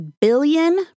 billion